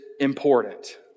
important